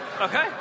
Okay